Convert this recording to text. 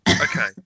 Okay